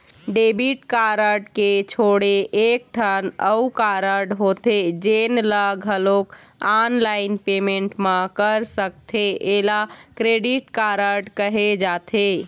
debit card के छोड़े एकठन अउ कारड होथे जेन ल घलोक ऑनलाईन पेमेंट म कर सकथे एला क्रेडिट कारड कहे जाथे